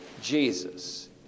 Jesus